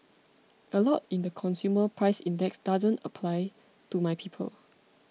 a lot in the consumer price index doesn't apply to my people